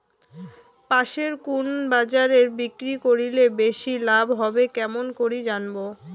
পাশের কুন বাজারে বিক্রি করিলে বেশি লাভ হবে কেমন করি জানবো?